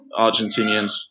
argentinians